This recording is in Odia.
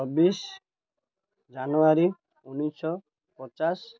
ଛବିଶି ଜାନୁଆରୀ ଉଣେଇଶିଶହ ପଚାଶ